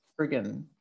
friggin